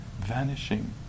vanishing